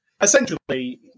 Essentially